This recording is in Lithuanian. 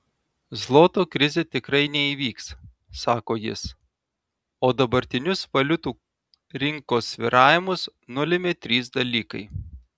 zloto krizė tikrai neįvyks sako jis o dabartinius valiutų rinkos svyravimus nulėmė trys dalykai